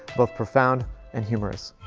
both profound and humorous.